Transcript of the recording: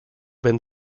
been